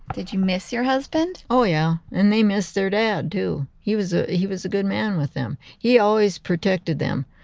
did you miss your husband? oh yeah, and they missed their dad too. he was ah he was a good man with them. he always protected them,